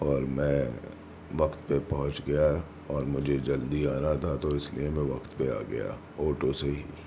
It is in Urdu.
اور میں وقت پہ پہنچ گیا اور مجھے جلدی آنا تھا تو اس لیے میں وقت پہ آ گیا آٹو سے ہی